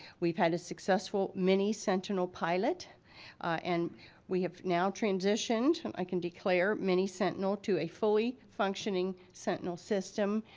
we've had a successful mini-sentinel pilot and we have now transitioned, i can declare, mini-sentinel to a fully-functioning sentinel system,